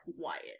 quiet